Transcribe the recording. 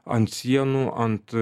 ant sienų ant